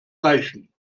reichen